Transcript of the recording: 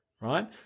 Right